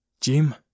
Jim